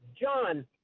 john